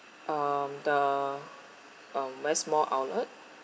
um the uh west mall outlet